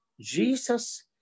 Jesus